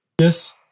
Yes